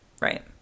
Right